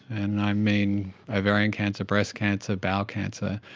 and i mean ovarian cancer, breast cancer, bowel cancer.